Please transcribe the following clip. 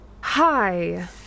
hi